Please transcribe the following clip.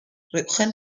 rücken